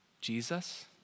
Jesus